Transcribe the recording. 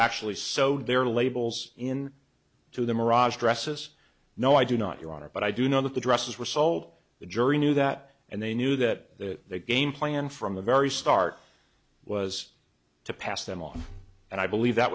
actually sewed their labels in to the mirage dresses no i do not your honor but i do know that the dresses were sold the jury knew that and they knew that the game plan from the very start was to pass them on and i believe that